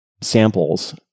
samples